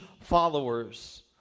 followers